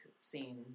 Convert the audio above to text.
scene